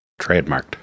trademarked